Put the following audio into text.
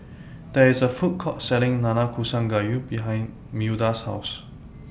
There IS A Food Court Selling Nanakusa Gayu behind Milda's House